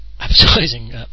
advertising